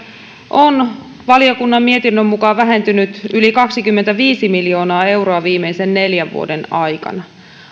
on valiokunnan mietinnön mukaan vähentynyt yli kaksikymmentäviisi miljoonaa euroa viimeisten neljän vuoden aikana